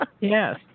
yes